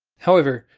however,